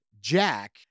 Jack